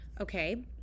okay